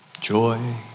Joy